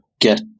get